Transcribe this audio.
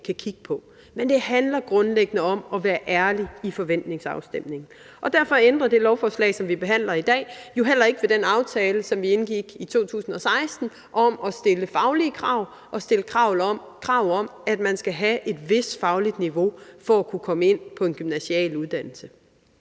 kan kigge på. Men det handler grundlæggende om at være ærlig i forventningsafstemningen, og derfor ændrer det lovforslag, som vi behandler i dag, jo heller ikke ved den aftale, som vi indgik i 2016, om at stille faglige krav og stille krav om, at man skal have et vist fagligt niveau for at kunne komme ind på en gymnasial uddannelse.